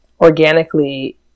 organically